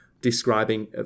describing